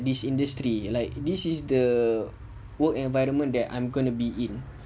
this industry like this is the work environment that I'm gonna be in